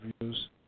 views